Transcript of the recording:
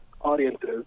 audiences